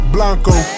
Blanco